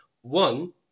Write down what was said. one